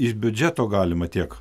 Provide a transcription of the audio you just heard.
iš biudžeto galima tiek